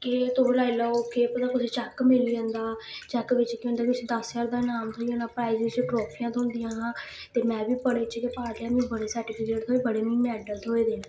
के तुस लाई लैओ केह् पता कुसै गी चैक मिली जंदा चैक बिच्च केह् होंदा उस्सी दस्स ज्हार दा नाम थ्होई जाना प्राइज च ट्राफियां थ्होंदियां हा ते में बी बड़े जगह पार्ट लेआ मिगी बड़े सर्टिफिकेट थ्होए बड़े मिगी मेडल थ्होए दे न